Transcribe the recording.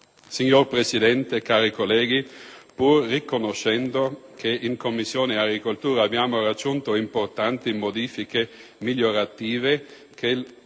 Signora Presidente, cari colleghi, pur riconoscendo che in Commissione agricoltura sono state introdotte importanti modifiche migliorative